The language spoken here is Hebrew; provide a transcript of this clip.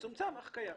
מצומצם, אך קיים.